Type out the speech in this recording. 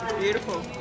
Beautiful